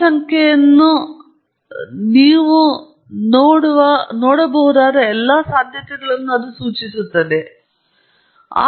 ಜನರನ್ನು ನೀವು ನೋಡಬಹುದಾದ ಎಲ್ಲಾ ಸಾಧ್ಯತೆಗಳನ್ನು ಸೂಚಿಸುತ್ತದೆ